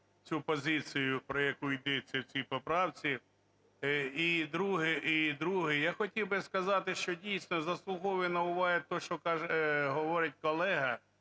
цю позицію, про яку йдеться в цій поправці. І друге. Я хотів би сказати, що, дійсно, заслуговує на увагу те, що говорить колега